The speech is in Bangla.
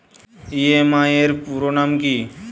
ই.এম.আই এর পুরোনাম কী?